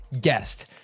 guest